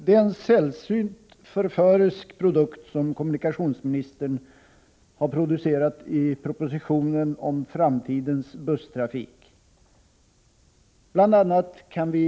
Herr talman! Det som kommunikationsministern har åstadkommit i och med propositionen om framtidens busstrafik är en sällsynt förförisk produkt. Bl.